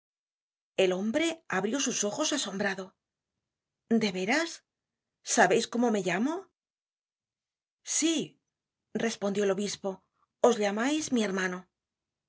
el hombre abrió sus ojos asombrado de veras sabeis cómo me llamo sí respondió el obispo os llamais mi hermano